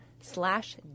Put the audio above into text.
slash